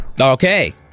Okay